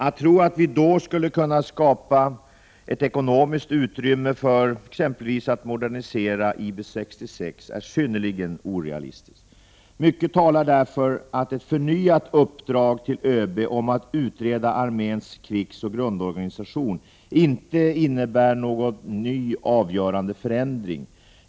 Att tro att vi då skulle kunna skapa ett ekonomiskt utrymme för exempelvis att modernisera IB 66 är synnerligen orealistiskt. Mycket talar därför för att ett förnyat uppdrag till ÖB att utreda arméns krigsoch grundorganisation inte innebär någon ny, avgörande förändring.